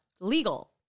legal